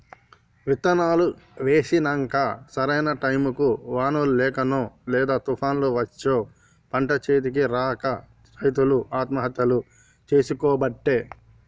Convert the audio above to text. విత్తనాలు వేశినంక సరైన టైముకు వానలు లేకనో లేదా తుపాన్లు వచ్చో పంట చేతికి రాక రైతులు ఆత్మహత్యలు చేసికోబట్టే